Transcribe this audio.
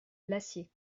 l’acier